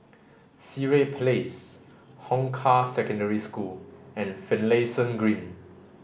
Sireh Place Hong Kah Secondary School and Finlayson Green